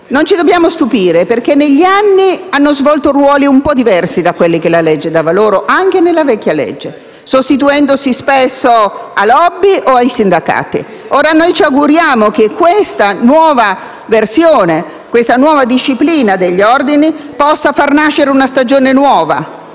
Non ci dobbiamo stupire, perché negli anni hanno svolto dei ruoli un po' diversi da quelli che la legge attribuiva loro ‑ anche la vecchia legge ‑ sostituendosi spesso alle *lobby* o ai sindacati. Ora ci auguriamo che questa nuova versione, questa nuova disciplina degli ordini possa far nascere una stagione nuova;